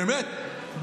באמת,